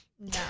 No